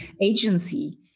agency